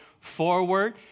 forward